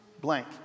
blank